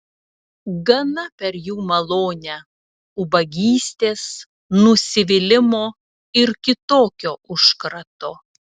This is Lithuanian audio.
gana per jų malonę ubagystės nusivylimo ir kitokio užkrato